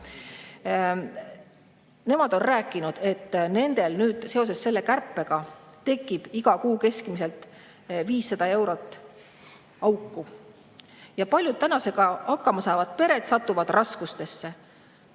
–, on rääkinud, et nendel tekib seoses selle kärpega iga kuu keskmiselt 500 eurot auku. Paljud täna hakkama saavad pered satuvad raskustesse.